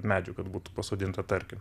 medžių kad būtų pasodinta tarkim